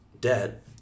debt